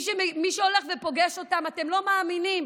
מי שהולך ופוגש אותם, אתם לא מאמינים.